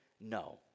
No